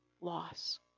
loss